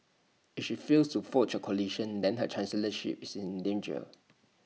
if she fails to forge coalition then her chancellorship is in danger